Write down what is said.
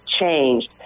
changed